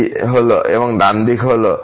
2 এবং ডান দিক হল